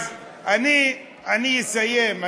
אז אני אסיים.